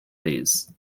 these